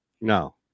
No